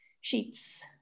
sheets